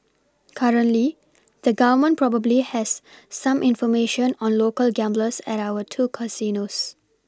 currently the Government probably has some information on local gamblers at our two casinos